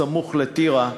הסמוך לטירה,